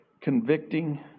convicting